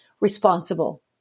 Responsible